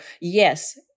yes